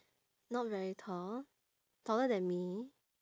not very tall taller then me